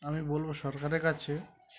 আমি বলবো সরকারের কাছে